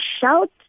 shout